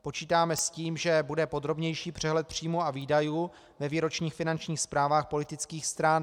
Počítáme s tím, že bude podrobnější přehled příjmů a výdajů ve výročních finančních zprávách politických stran.